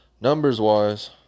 numbers-wise